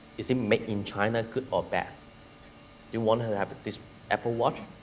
is made in china good or bad? do you wanna have this apple watch?